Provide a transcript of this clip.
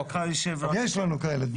יש כאלה דברים.